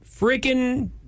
freaking